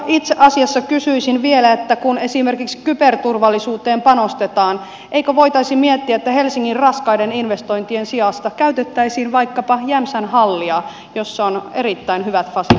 itse asiassa kysyisin vielä että kun esimerkiksi kyberturvallisuuteen panostetaan niin eikö voitaisi miettiä että helsingin raskaiden investointien sijasta käytettäisiin vaikkapa jämsän hallia jossa on erittäin hyvät fasiliteetit tähän